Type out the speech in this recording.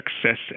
success